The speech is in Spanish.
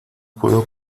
puede